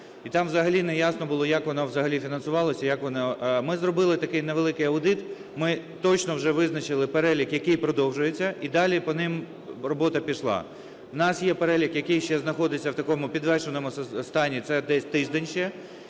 і там взагалі не ясно було, як воно взагалі фінансувалося і як воно… Ми зробили такий невеликий аудит, ми точно вже визначили перелік, який продовжується, і далі по ним робота пішла. У нас є перелік, який ще знаходиться в такому підвішеному стані, це десь тиждень ще.